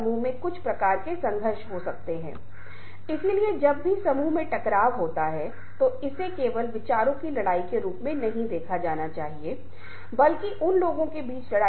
हमने कुछ के बारे में भी बात की जो हमें बहुमाध्यममल्टीमीडिया Multimedia की अवधारणाओं की खोज में एक थोड़ा अलग दिशा में ले गई